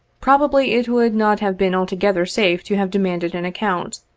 probably it would not have been altogether safe to have demanded an account,